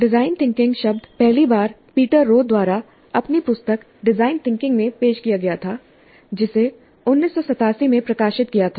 design thinking शब्द पहली बार पीटर रो द्वारा अपनी पुस्तक डिज़ाइन थिंकिंग में पेश किया गया था जिसे 1987 में प्रकाशित किया था